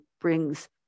brings